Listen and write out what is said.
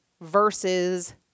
versus